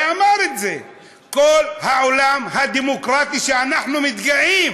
כל העולם הדמוקרטי, שאנחנו מתגאים